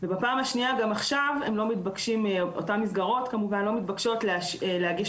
ובפעם השנייה גם עכשיו אותן מסגרות לא מתבקשות להגיש